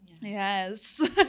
Yes